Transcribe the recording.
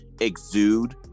exude